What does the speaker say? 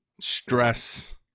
stress